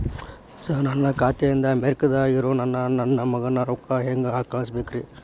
ನನ್ನ ಖಾತೆ ಇಂದ ಅಮೇರಿಕಾದಾಗ್ ಇರೋ ನನ್ನ ಮಗಗ ರೊಕ್ಕ ಹೆಂಗ್ ಕಳಸಬೇಕ್ರಿ?